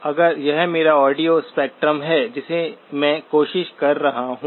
अगर यह मेरा ऑडियो स्पेक्ट्रम है जिसे मैं कोशिश कर रहा हूं